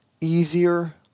easier